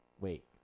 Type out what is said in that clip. Wait